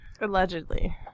Allegedly